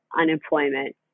unemployment